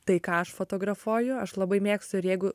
tai ką aš fotografuoju aš labai mėgstu ir jeigu